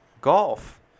golf